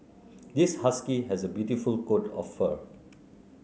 this husky has a beautiful coat of fur